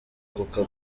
coca